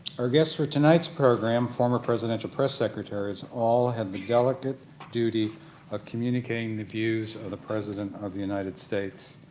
our guest for tonight's program, former presidential press secretaries all have the delegated the duty of communicating the views of the president of the united states.